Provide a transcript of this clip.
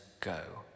go